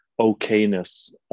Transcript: okayness